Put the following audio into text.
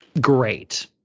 Great